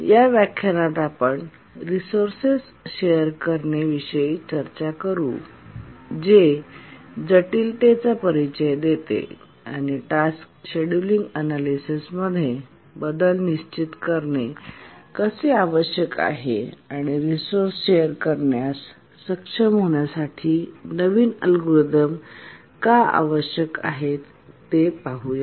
या व्याख्यानात आपण रिसोर्सेस शेअर करणे विषयी चर्चा करू जे जटिलतेचा परिचय देते आणि टास्क शेडूलिंग अनालयसिस मध्ये बदल निश्चित करणे कसे आवश्यक आहे आणि रिसोर्सेस शेअर करण्यास सक्षम होण्यासाठी नवीन अल्गोरिदम का आवश्यक आहेत ते पाहूया